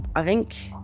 i think